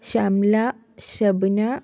Shamla Shabna